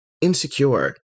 Insecure